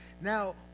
Now